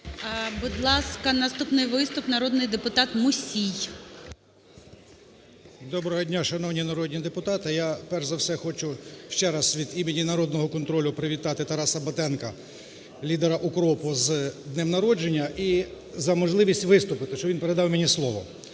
Будь ласка, наступний виступ народний депутат Мусій. 10:40:56 МУСІЙ О.С. Доброго дня, шановні народні депутати! Я, перш за все, хочу ще раз від імені "Народного контролю" привітати Тараса Батенка, лідера "Укроп" з днем народження і за можливість виступити, що він передав мені слово.